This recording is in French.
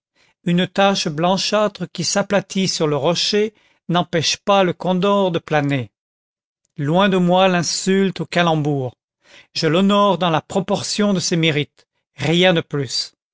une tache blanchâtre qui s'aplatit sur le rocher n'empêche pas le condor de planer loin de moi l'insulte au calembour je l'honore dans la proportion de ses mérites rien de plus